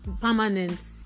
permanent